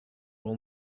will